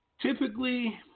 typically